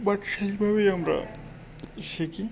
but সেইভাবেই আমরা শিখি